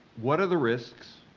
what are the risks,